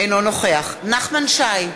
אינו נוכח נחמן שי,